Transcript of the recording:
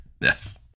Yes